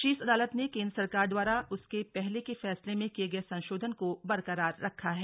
शीर्ष अदालत ने केंद्र सरकार द्वारा उसके पहले के फैसले में किए गए संशोधन को बरकरार रखा है